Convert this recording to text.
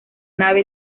nave